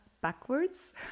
backwards